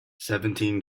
seventeen